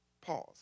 Pause